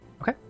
Okay